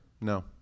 No